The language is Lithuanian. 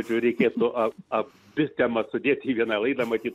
žiūri kiek nuo apspis temą sudėti į vieną laidą matyt